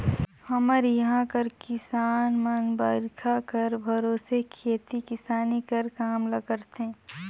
हमर इहां कर किसान मन बरिखा कर भरोसे खेती किसानी कर काम ल करथे